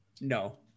no